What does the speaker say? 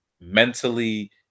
mentally